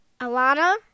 Alana